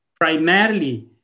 primarily